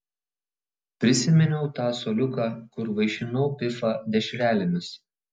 prisiminiau tą suoliuką kur vaišinau pifą dešrelėmis